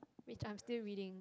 which I'm still reading